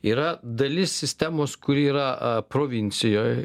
yra dalis sistemos kuri yra provincijoj